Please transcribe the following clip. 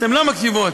אנחנו מקשיבות.